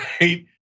right